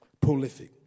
prolific